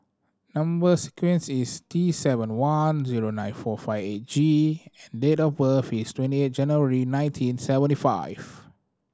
number sequence is T seven one zero nine four five eight G and date of birth is twenty eight January nineteen seventy five